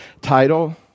title